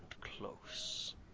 close